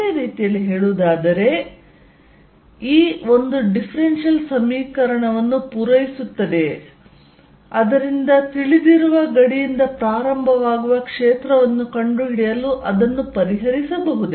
ಬೇರೆ ರೀತಿಯಲ್ಲಿ ಹೇಳುವುದಾದರೆ E ಒಂದು ಡಿಫ್ರೆನ್ಷಿಯಲ್ ಸಮೀಕರಣವನ್ನು ಪೂರೈಸುತ್ತದೆಯೇ ಅದರಿಂದ ತಿಳಿದಿರುವ ಗಡಿಯಿಂದ ಪ್ರಾರಂಭವಾಗುವ ಕ್ಷೇತ್ರವನ್ನು ಕಂಡುಹಿಡಿಯಲು ಅದನ್ನು ಪರಿಹರಿಸಬಹುದೇ